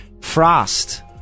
Frost